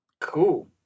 Cool